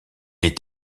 est